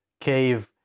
cave